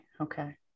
okay